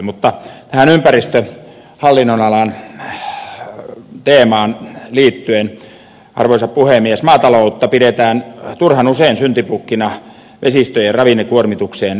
mutta tähän ympäristöhallinnonalan teemaan liittyen arvoisa puhemies maataloutta pidetään turhan usein syntipukkina vesistöjen ravinnekuormitukseen